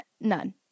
None